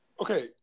Okay